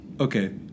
Okay